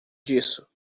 disso